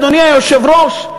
אדוני היושב-ראש,